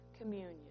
communion